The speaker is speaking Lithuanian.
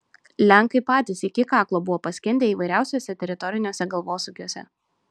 lenkai patys iki kaklo buvo paskendę įvairiausiuose teritoriniuose galvosūkiuose